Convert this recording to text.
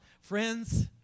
Friends